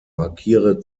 markiere